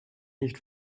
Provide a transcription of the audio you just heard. nicht